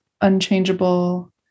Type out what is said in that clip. unchangeable